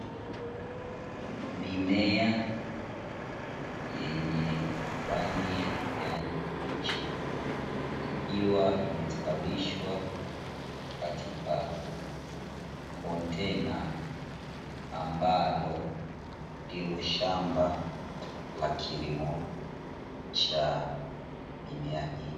Mimea yenye rangi ya kijani kibichi, ikiwa imestawishwa katika kontena ambalo ndilo shamba la kilimo cha mimea hii.